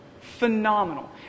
Phenomenal